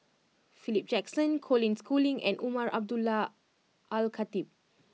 Philip Jackson Colin Schooling and Umar Abdullah Al Khatib